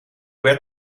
werd